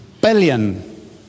billion